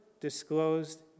disclosed